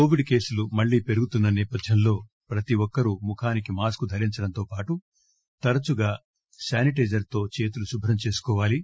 Covid కేసులు మళ్లీ పెరుగుతున్న నేపథ్యంలో ప్రతి ఒక్కరూ ముఖానికి మాస్క్ ధరించడంతో పాటు తరచుగా శానిటైజర్ తో చేతులు శుభ్రం చేసుకోవాలి